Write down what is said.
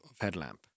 Headlamp